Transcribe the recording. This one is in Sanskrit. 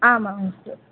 आमामस्तु